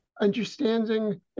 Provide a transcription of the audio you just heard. understanding